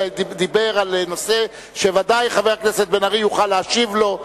אלא הוא דיבר על נושא שבוודאי חבר הכנסת בן-ארי יוכל להשיב לו.